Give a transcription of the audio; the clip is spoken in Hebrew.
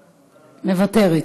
מוותרת,